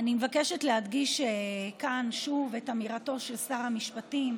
אני מבקשת להדגיש כאן שוב את אמירתו של שר המשפטים: